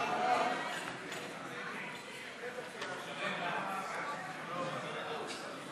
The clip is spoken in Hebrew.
ההצעה להעביר את הצעת חוק הכניסה לישראל (תיקון מס' 30 והוראות שעה),